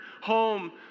home